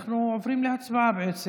אנחנו עוברים להצבעה על העברת